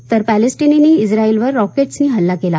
तर पॅलेस्टिनींनी इस्रायलवर रॉकेट्सनी हल्ला केला